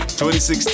2016